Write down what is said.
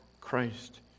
Christ